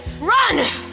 Run